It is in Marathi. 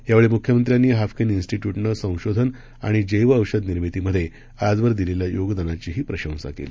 यावेळी मुख्यमंत्र्यांनी हाफकिन श्निस्टट्युटनं संशोधन आणि जैव औषध निर्मितीमधे आजवर दिलेल्या योगदानाचीही प्रशंसा केली